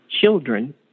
children